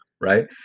right